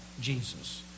Jesus